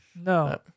No